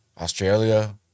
Australia